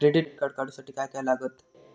Credit card काढूसाठी काय काय लागत?